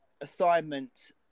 assignment